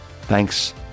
Thanks